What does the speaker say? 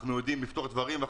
ואנחנו יודעים לפתור דברים.